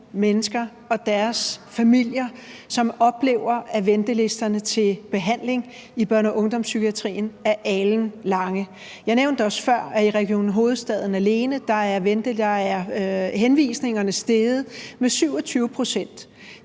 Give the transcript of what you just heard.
mennesker og deres familier, som oplever, at ventelisterne til behandling i børne- og ungdomspsykiatrien er alenlange? Jeg nævnte også før, at i Region Hovedstaden alene er antallet af henvisninger steget med 27 pct.